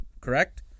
correct